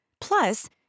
Plus